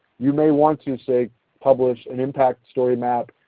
you may want to say publish an impact story map,